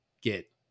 get